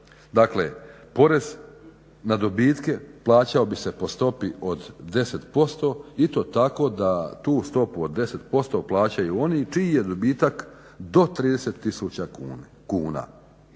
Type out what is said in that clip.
Dakle, porez na dobitke plaćao bi se po stopi od 10% i to tako da tu stopu od 10% plaćaju oni čiji je dobitak do 30 tisuća kuna.